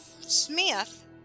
Smith